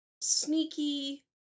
sneaky